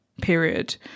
period